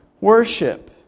worship